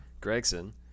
Gregson